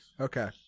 Okay